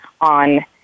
on